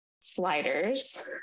sliders